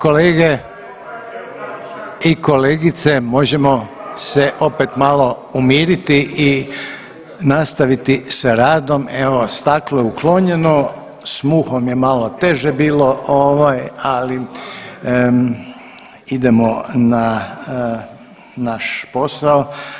kolege i kolegice, možemo se opet malo umiriti i nastaviti sa radom, evo staklo je uklonjeno, s muhom je malo teže bilo ovaj, ali idemo na naš posao.